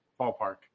ballpark